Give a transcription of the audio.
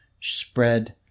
spread